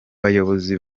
bayobozi